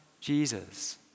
Jesus